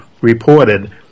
reported